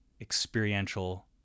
experiential